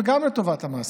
וגם לטובת המעסיקים.